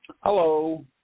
Hello